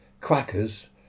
quackers